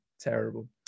terrible